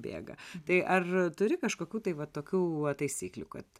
bėga tai ar turi kažkokių tai va tokių va taisyklių kad